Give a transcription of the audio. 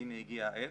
והינה הגיעה העת.